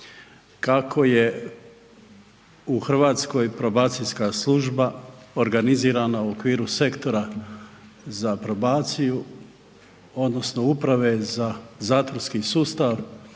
kako je u Hrvatskoj probacijska služba organizirana u okviru Sektora za probaciju odnosno Uprave za zatvorski sustav